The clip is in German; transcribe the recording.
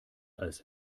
als